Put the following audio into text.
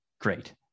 great